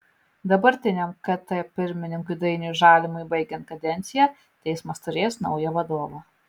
dabartiniam kt pirmininkui dainiui žalimui baigiant kadenciją teismas turės naują vadovą